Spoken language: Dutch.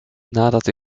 nadat